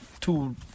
two